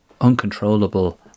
uncontrollable